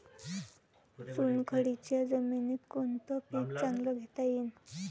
चुनखडीच्या जमीनीत कोनतं पीक चांगलं घेता येईन?